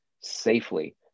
safely